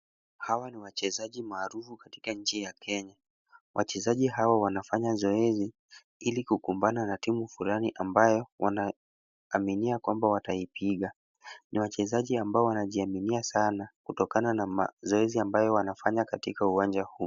Hawa ni wachezaji maarufu katika nchi ya Kenya. Wachezaji hawa wanafanya zoezi ili kukumbana na timu fulani ambayo wanaaminia kwamba wataipiga. Wachezaji ambao wanajiaminia sana kutokana na mazoezi ambayo wanafanya katikati uwanja huu.